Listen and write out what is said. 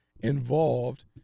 involved